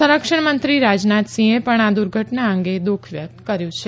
સંરક્ષણ મંત્રી રાજનાથસિંહે પણ આ દુર્ધટના અંગે દુઃખ વ્યકત કર્યુ છે